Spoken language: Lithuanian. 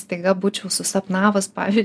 staiga būčiau susapnavus pavyzdžiui